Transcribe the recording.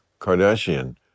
Kardashian